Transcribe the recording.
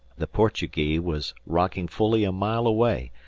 the portugee was rocking fully a mile away,